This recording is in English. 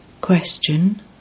Question